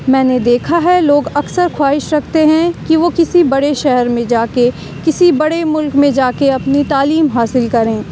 میں نے دیکھا ہے لوگ اکثر خواہش رکھتے ہیں کہ وہ کسی بڑے شہر میں جا کے کسی بڑے ملک میں جا کے اپنی تعلیم حاصل کریں